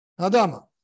Adama